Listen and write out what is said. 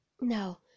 No